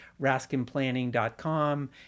raskinplanning.com